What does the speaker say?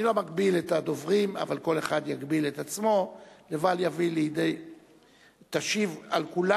ראשונת הדוברים היא חברת הכנסת ציפי חוטובלי,